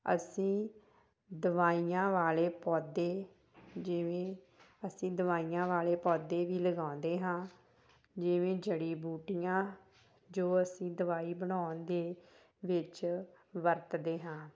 ਅਸੀਂ ਦਵਾਈਆਂ ਵਾਲੇ ਪੌਦੇ ਜਿਵੇਂ ਅਸੀਂ ਦਵਾਈਆਂ ਵਾਲੇ ਪੌਦੇ ਵੀ ਲਗਾਉਂਦੇ ਹਾਂ ਜਿਵੇਂ ਜੜੀ ਬੂਟੀਆਂ ਜੋ ਅਸੀਂ ਦਵਾਈ ਬਣਾਉਣ ਦੇ ਵਿੱਚ ਵਰਤਦੇ ਹਾਂ